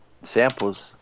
samples